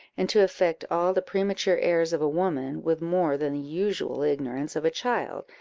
and to affect all the premature airs of a woman, with more than the usual ignorance of a child,